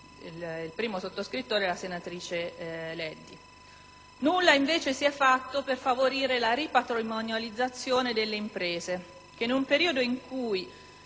il primo sottoscrittore è la senatrice Leddi. Nulla, invece, si è fatto per favorire la ripatrimonializzazione delle imprese che, in un periodo in cui